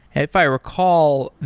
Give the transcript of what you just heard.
if i recall,